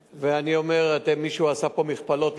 מישהו עשה פה מכפלות,